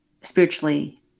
spiritually